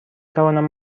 توانم